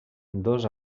dos